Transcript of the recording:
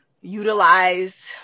utilize